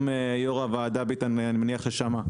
גם יו"ר הוועדה ביטן אני מניח ששמע.